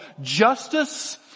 justice